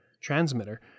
transmitter